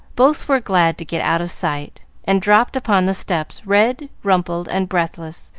both were glad to get out of sight, and dropped upon the steps red, rumpled, and breathless,